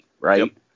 right